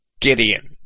Gideon